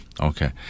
Okay